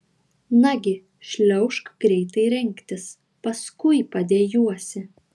nagi šliaužk greitai rengtis paskui padejuosi